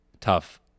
tough